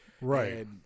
Right